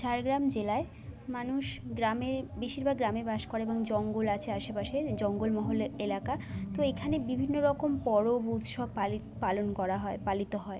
ঝাড়গ্রাম জেলায় মানুষ গ্রামে বেশিরভাগ গ্রামে বাস করে এবং জঙ্গল আছে আশেপাশে জঙ্গলমহল এলাকা তো এখানে বিভিন্ন রকম পরব উৎসব পালি পালন করা হয় পালিত হয়